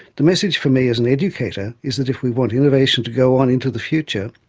the message for me as an educator is that if we want innovation to go on into the future,